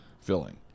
filling